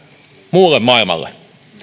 muulle maailmalle